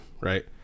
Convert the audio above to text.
right